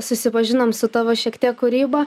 susipažinom su tavo šiek tiek kūryba